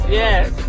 yes